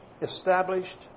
established